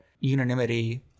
unanimity